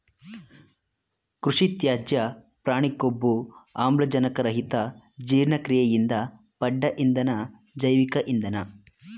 ಕೃಷಿತ್ಯಾಜ್ಯ ಪ್ರಾಣಿಕೊಬ್ಬು ಆಮ್ಲಜನಕರಹಿತಜೀರ್ಣಕ್ರಿಯೆಯಿಂದ ಪಡ್ದ ಇಂಧನ ಜೈವಿಕ ಇಂಧನ